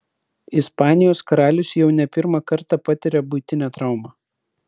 ispanijos karalius jau ne pirmą kartą patiria buitinę traumą